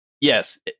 Yes